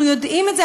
אנחנו יודעים את זה.